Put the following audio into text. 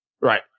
Right